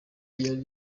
yari